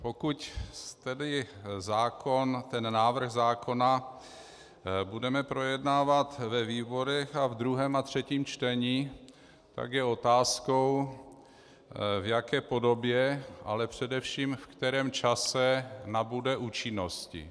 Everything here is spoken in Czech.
Pokud tedy návrh zákona budeme projednávat ve výborech a v druhém a třetím čtení, tak je otázkou, v jaké podobě, ale především v kterém čase nabude účinnosti.